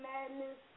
Madness